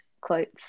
quotes